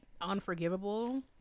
unforgivable